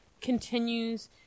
continues